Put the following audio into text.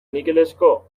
nikelezko